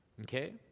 Okay